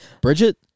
Bridget